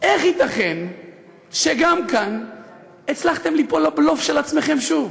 איך ייתכן שגם כאן הצלחתם ליפול לבלוף של עצמכם שוב?